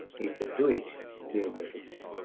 he could do it during the visits.